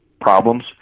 problems